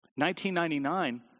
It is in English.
1999